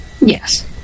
Yes